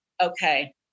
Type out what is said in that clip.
okay